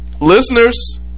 Listeners